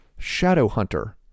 Shadowhunter